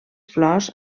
flors